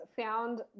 found